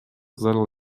зарыл